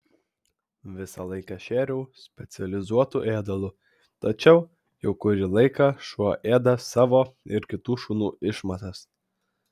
visą laiką šėriau specializuotu ėdalu tačiau jau kurį laiką šuo ėda savo ir kitų šunų išmatas